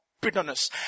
bitterness